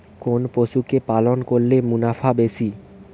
কোন পশু কে পালন করলে মুনাফা বেশি?